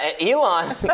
Elon